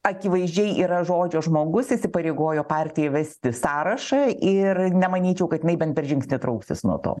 akivaizdžiai yra žodžio žmogus įsipareigojo partiją vesti į sąrašą ir nemanyčiau kad jinai bent per žingsnį trauktis nuo to